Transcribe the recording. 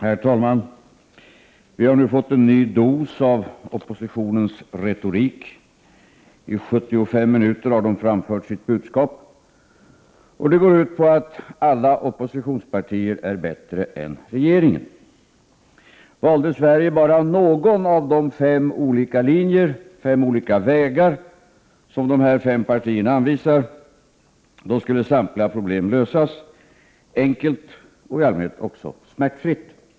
Herr talman! Vi har nu fått en ny dos av oppositionens retorik. I 75 minuter har dess företrädare framfört sitt budskap, och det går ut på att alla oppositionspartier är bättre än regeringen. Valde Sverige bara någon av de fem olika vägar som de här fem partierna anvisar, skulle samtliga problem lösas, enkelt och i allmänhet också smärtfritt.